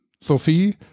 Sophie